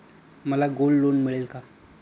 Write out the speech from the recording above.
मला gold loan मिळेल का?